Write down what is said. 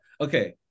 okay